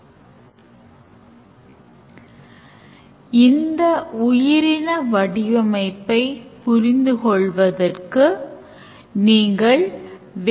Step 3 இல் வாடிக்கையாளர் தவறான pin code ஐ உள்ளிட்டுள்ளதால் வாடிக்கையாளர் அங்கீகாரம் ஆகும்